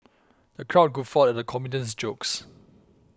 the crowd guffawed at the comedian's jokes